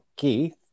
Keith